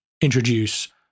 introduce